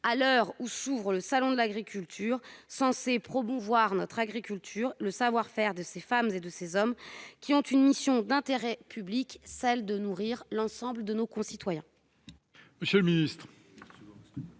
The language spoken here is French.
à l'heure où s'ouvre le salon de l'agriculture, censé promouvoir notre agriculture et le savoir-faire de ces femmes et de ces hommes qui ont une mission d'intérêt public : nourrir l'ensemble de nos concitoyens.